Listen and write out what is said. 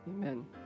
Amen